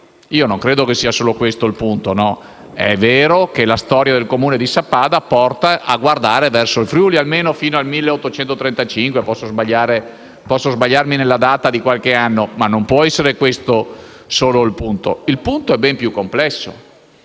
Non credo sia solo questo il punto. È vero che la storia del Comune di Sappada porta a guardare verso il Friuli, almeno fino al 1835 - posso sbagliarmi nella data di qualche anno - ma non può essere solo questo il punto. La questione è ben più complessa.